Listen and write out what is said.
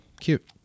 Cute